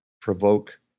provoke